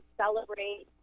celebrate